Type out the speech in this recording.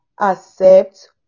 accept